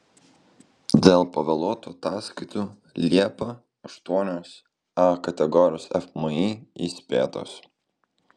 dėl pavėluotų ataskaitų liepą aštuonios a kategorijos fmį įspėtos